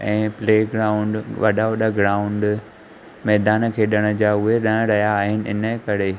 ऐं प्लेग्राउंड वॾा वॾा ग्राउंड मैदान खेॾण जा उहे न रहिया आहिनि हिन जे करे